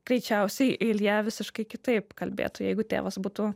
greičiausiai ilja visiškai kitaip kalbėtų jeigu tėvas būtų